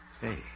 Hey